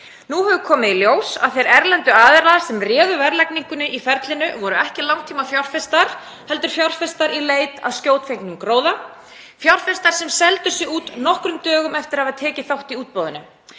Nú hefur komið í ljós að þeir erlendu aðilar sem réðu verðlagningunni í ferlinu voru ekki langtímafjárfestar heldur fjárfestar í leit að skjótfengnum gróða, fjárfestar sem seldu sig út nokkrum dögum eftir að hafa tekið þátt í útboðinu.